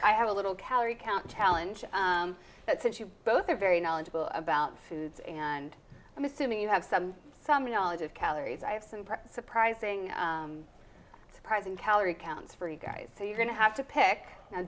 i have a little calorie count challenge that since you both are very knowledgeable about foods and i'm assuming you have some some knowledge of calories i have some surprising surprising calorie counts for you guys so you're going to have to pick